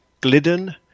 Glidden